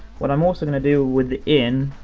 what i'm also gonna do with in,